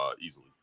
easily